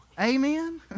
Amen